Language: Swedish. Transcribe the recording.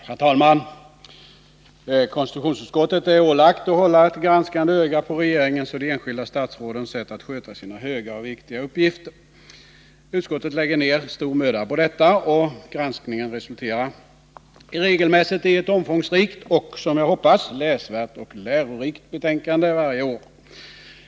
Herr talman! Konstitutionsutskottet är ålagt att hålla ett granskande öga på regeringens och de enskilda statsrådens sätt att sköta sina höga och viktiga uppgifter. Utskottet lägger ned stor möda på detta, och granskningen resulterar regelmässigt i ett omfångsrikt och — som jag hoppas — läsvärt och lärorikt betänkande varje år.